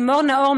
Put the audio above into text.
לימור נאור,